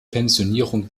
pensionierung